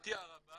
לשמחתי הרבה